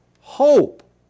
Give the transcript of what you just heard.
hope